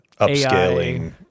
upscaling